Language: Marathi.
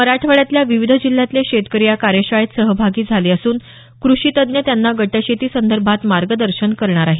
मराठवाड्यातल्या विविध जिल्ह्यातले शेतकरी या कार्यशाळेत सहभागी झाले असून कृषीतज्ज्ञ त्यांना गटशेतीसंदर्भात मार्गदर्शन करणार आहेत